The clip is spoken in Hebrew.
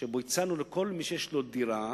שבו הצענו לכל מי שיש לו דירה